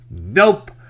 Nope